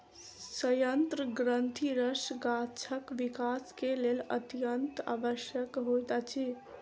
सयंत्र ग्रंथिरस गाछक विकास के लेल अत्यंत आवश्यक होइत अछि